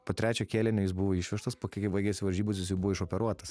po trečio kėlinio jis buvo išvežtas po kai baigiasi varžybos jis jau buvo išoperuotas